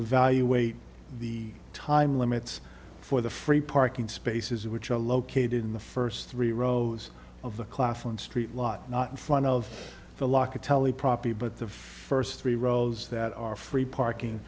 evaluate the time limits for the free parking spaces which are located in the first three rows of the class on st lot not in front of the la catelli property but the first three rows that are free parking